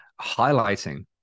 highlighting